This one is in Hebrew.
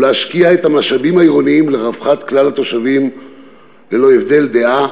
ולהשקיע את המשאבים העירוניים לרווחת כלל התושבים ללא הבדל דעה